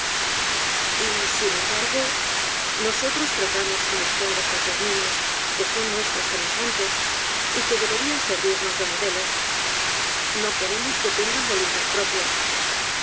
ellos y sin embargo nosotros tratamos como esclavos á esos niños que son nuestros semejantes y que deberían servirnos de modelos no queremos que tengan